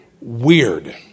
Weird